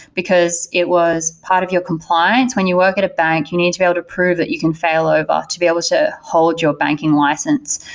because it was part of your compliance. when you work at a bank, you need to be able to prove that you can fail over to be able to hold your banking license.